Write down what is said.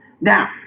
Now